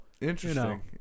Interesting